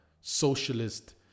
socialist